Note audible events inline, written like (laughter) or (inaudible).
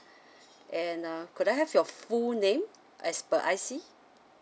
(breath) and uh could I have your full name as per I_C